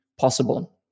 possible